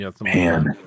man